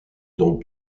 dans